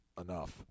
enough